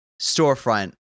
storefront